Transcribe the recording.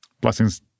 blessings